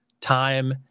time